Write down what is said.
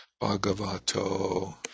Bhagavato